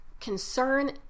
concern